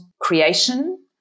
creation